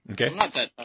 Okay